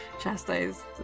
chastised